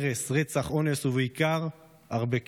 הרס, רצח, אונס, ובעיקר, הרבה כאב.